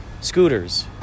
scooters